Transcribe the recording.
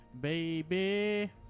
Baby